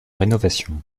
rénovation